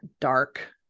dark